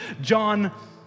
John